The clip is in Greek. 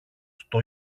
στο